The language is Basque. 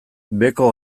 beheko